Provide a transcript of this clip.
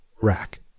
rack